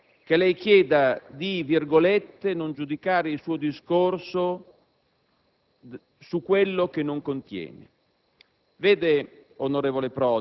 È quasi comico che lei chieda di «non giudicare il suo discorso per quello che esso non contiene».